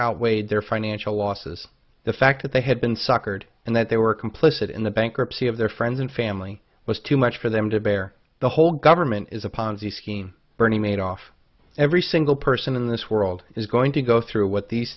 outweighed their financial losses the fact that they had been suckered and that they were complicit in the bankruptcy of their friends and family was too much for them to bear the whole government is a ponzi scheme bernie madoff every single person in this world is going to go through what these